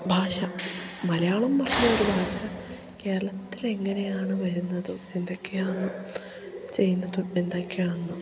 ഭാഷ മലയാളം ഭാഷ പോലെ ഒരു ഒരു ഭാഷ കേരളത്തിൽ എങ്ങനെയാണ് വരുന്നതും എന്തൊക്കെയാണ് ചെയ്യുന്നതും എന്തൊക്കെയാണ്